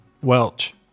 welch